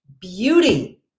beauty